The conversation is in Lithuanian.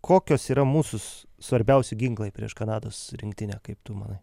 kokios yra mūsų svarbiausi ginklai prieš kanados rinktinę kaip tu manai